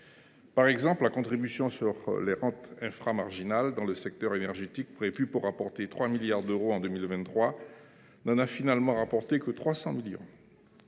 Par exemple, la contribution sur la rente inframarginale de la production d’électricité, prévue pour rapporter 3 milliards d’euros en 2023, n’en a finalement rapporté que 300 millions.